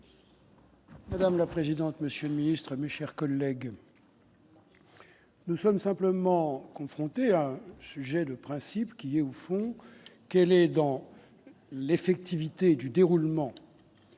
Madame la présidente, monsieur le Ministre, mes chers collègues. Nous sommes simplement confronté à un sujet de principe qui est au fond qu'elle est dans l'effectivité du déroulement